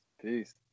Peace